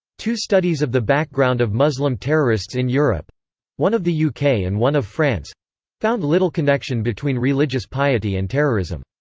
two studies of the background of muslim terrorists in europe one of the yeah uk and one of france found little connection between religious piety and terrorism.